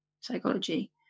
psychology